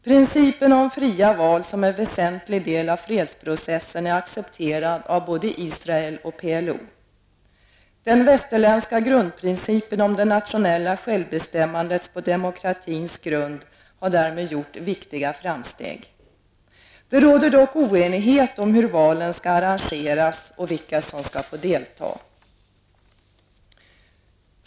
Principen om fria val som en väsentlig del av fredsprocessen är accepterad av både Israel och PLO. Den västerländska grundprincipen om det nationella självbestämmandet på demokratins grund har därmed gjort viktiga framsteg. Det råder dock oenighet om hur valen skall arrangeras och vilka som skall få delta.